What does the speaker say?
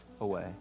away